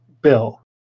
Bill